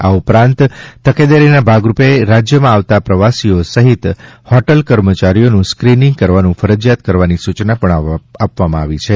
આ ઉપરાંત તકેદારીના ભાગરૂપે રાજ્યમાં આવતા પ્રવાસીઓ સહિત હોટલ કર્મચારીઓનું સ્કીનીંગ કરવાનું ફરજિયાત કરવાની સૂચના પણ આપવામાં આવી છે